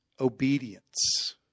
obedience